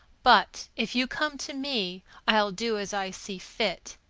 but, if you come to me, i'll do as i see fit.